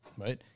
right